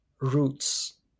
roots